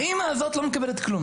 האימא הזאת לא מקבלת כלום.